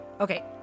Okay